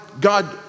God